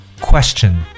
Question